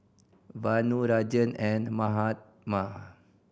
Vanu Rajan and Mahatma